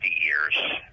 years